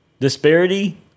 Disparity